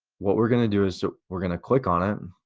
what we're gonna do is we're gonna click on it